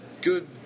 good